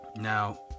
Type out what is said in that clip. Now